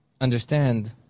understand